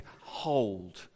hold